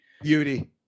Beauty